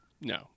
No